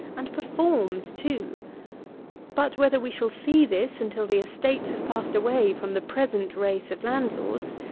and performed too but whether we shall see this until the estates have passed away from the present race of landlords,